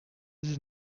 dix